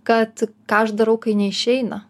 kad ką aš darau kai neišeina